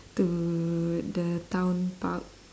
to the town park